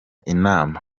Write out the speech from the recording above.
inama